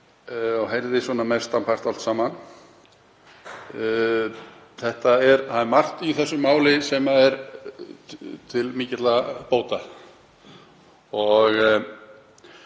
en heyrði mestan part allt saman. Það er margt í þessu máli sem er til mikilla bóta.